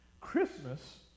Christmas